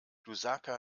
lusaka